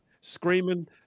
screaming